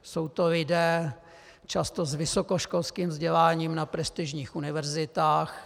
Jsou to lidé často s vysokoškolským vzděláním na prestižních univerzitách.